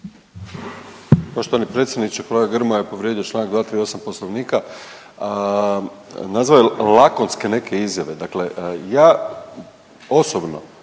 Poštovani predsjedniče, kolega Grmoja je povrijedi Članak 238. Poslovnika nazvao je lakonske neke izjave. Dakle, ja osobno,